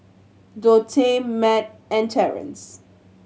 Dorthey Mat and Terence